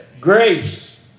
Grace